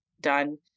done